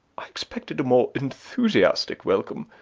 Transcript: i expected a more enthusiastic welcome,